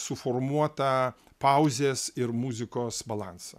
suformuotą pauzės ir muzikos balansą